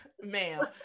Ma'am